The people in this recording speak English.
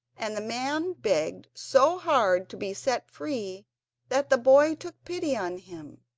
and the man begged so hard to be set free that the boy took pity on him.